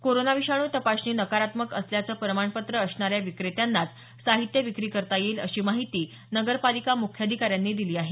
corona विषाणू तपासणी नकारात्मक असल्याचं प्रमाणपत्र असणाऱ्या विक्रेत्यांनाच साहित्य विक्री करता येईल अशी माहिती नगरपालिका मुख्याधिकाऱ्यांनी दिली आहे